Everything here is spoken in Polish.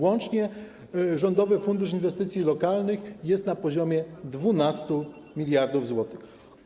Łącznie Rządowy Fundusz Inwestycji Lokalnych jest na poziomie 12 mld zł.